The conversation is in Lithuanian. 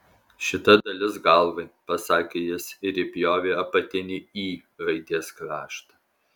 šita dalis galvai pasakė jis ir įpjovė apatinį y raidės kraštą